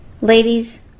ladies